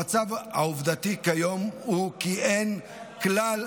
המצב העובדתי כיום הוא כי אין כלל